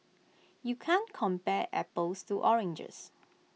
you can't compare apples to oranges